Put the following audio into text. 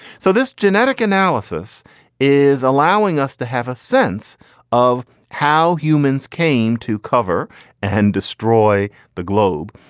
so this genetic analysis is allowing us to have a sense of how humans came to cover and destroy the globe.